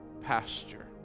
pasture